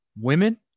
women